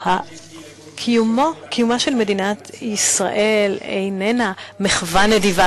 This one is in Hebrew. קיומה של מדינת ישראל איננו מחווה נדיבה